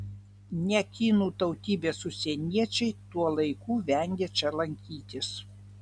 ne kinų tautybės užsieniečiai tuo laiku vengia čia lankytis